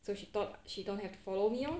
so she thought she don't have to follow me lor